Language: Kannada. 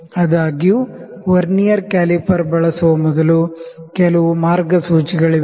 ಆದಾಗ್ಯೂ ವರ್ನಿಯರ್ ಕ್ಯಾಲಿಪರ್ ಬಳಸುವ ಮೊದಲು ಕೆಲವು ಮಾರ್ಗಸೂಚಿಗಳಿವೆ